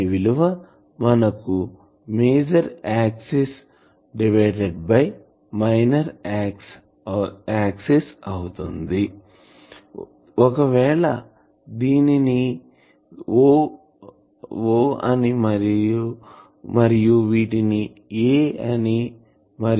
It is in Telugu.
దీని విలువ మనకు మేజర్ ఆక్సిస్ మైనర్ ఆక్సిస్ అవుతుంది ఒకవేళ దీనిని O అని మరియు వీటిని A అని మరియు B అని అంటాము